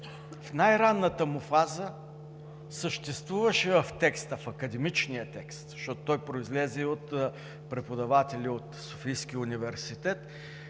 в най-ранната му фаза съществуваше текстът – в академичния текст, защото той произлезе и от преподаватели от Софийския университет,